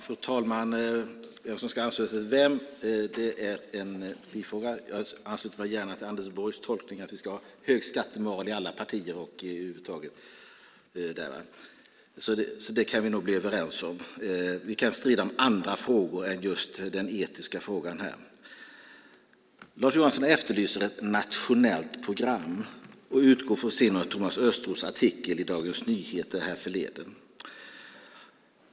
Fru talman! Vem som ska anses vara vad är en bifråga. Jag ansluter mig gärna till Anders Borgs tolkning att vi ska ha hög skattemoral i alla partier och över huvud taget. Det kan vi väl bli överens om. Vi kan strida om andra frågor än den etiska här. Lars Johansson efterlyser ett nationellt program och utgår från sin och Thomas Östros artikel i Dagens Nyheter härförleden.